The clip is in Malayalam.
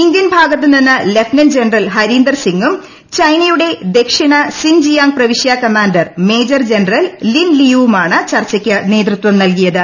ഇക്കൂൻ ഭാഗത്തു നിന്ന് ലഫ്റ്റനന്റ് ജനറൽ ഹരീന്ദർ സിംഗും ച്ചൈന്നയുടെ ദക്ഷിണ സിൻ ജിയാങ് പ്രവിശ്യാ കമാൻഡർ മേജർ ജനറീൽ ലിൻ ലിയുവുമാണ് ചർച്ചക്ക് നേതൃത്വം നൽകിയത്